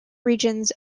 regions